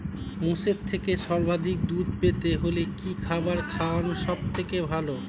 মোষের থেকে সর্বাধিক দুধ পেতে হলে কি খাবার খাওয়ানো সবথেকে ভালো?